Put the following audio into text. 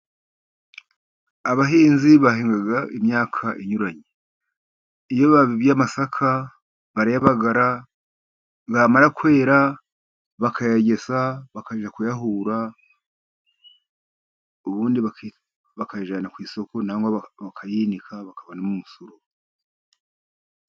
Abahinzi bahinga imyaka inyuranye, iyo babibye amasaka barayabagara, yamara kwera bakayagesa, bakajya kuyahura ubundi bakayajyana ku isoko ,cyangwa bakayinika bakabonamo umusururu.